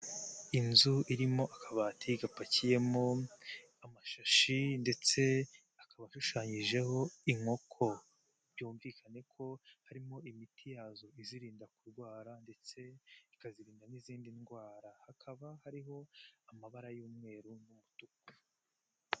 Inzu irimo akabati gapakiyemo amashashi ndetse akaba ashushanyijeho inkoko, byumvikane ko harimo imiti yazo izirinda kurwara ndetse ikazirinda n'izindi ndwara, hakaba hariho amabara y'umweru n'umutuku.